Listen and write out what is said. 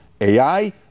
AI